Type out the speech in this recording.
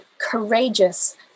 courageous